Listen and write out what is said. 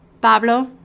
Pablo